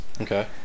Okay